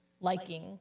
liking